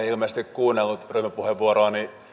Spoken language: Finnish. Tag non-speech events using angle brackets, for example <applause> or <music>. <unintelligible> ilmeisesti kuunnellut ryhmäpuheenvuoroani